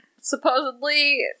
supposedly